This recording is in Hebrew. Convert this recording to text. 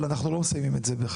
אבל אנחנו לא מסיימים את זה בכך.